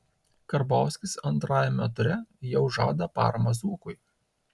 karbauskis antrajame ture jau žada paramą zuokui